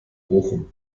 bochum